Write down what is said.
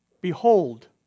behold